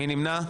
מי נמנע?